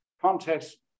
context